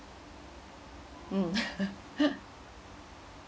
mm